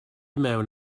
mewn